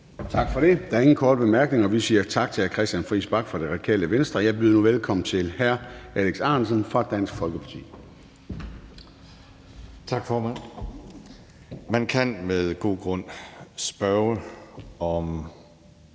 Tak for det. Der er ingen korte bemærkninger, så vi siger tak til hr. Christian Friis Bach fra Radikale Venstre. Jeg byder nu velkommen til hr. Alex Ahrendtsen fra Dansk Folkeparti. Kl. 21:22 (Ordfører)